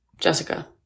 Jessica